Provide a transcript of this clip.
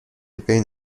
بین